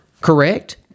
correct